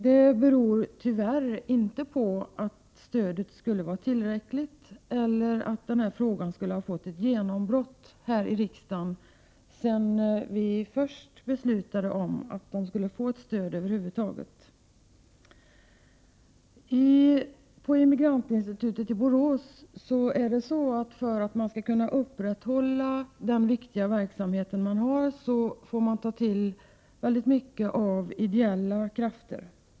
Det beror tyvärr inte på att stödet skulle vara tillräckligt eller på att frågan skulle ha fått ett genombrott här i riksdagen sedan vi först beslutade att det skulle få ett stöd över huvud taget. För att Immigrantinstitutet i Borås skall kunna upprätthålla den viktiga verksamhet man har måste man ta till mycket av ideella krafter.